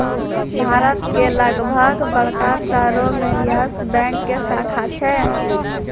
भारत के लगभग बड़का शहरो मे यस बैंक के शाखा छै